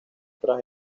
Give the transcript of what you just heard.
tras